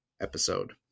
episode